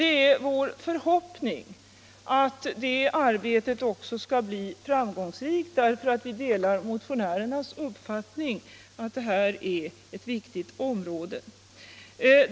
Det är vår förhoppning att det arbetet skall bli framgångsrikt. Vi delar nämligen motionärernas uppfattning att detta är ett viktigt område.